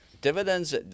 Dividends